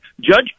judge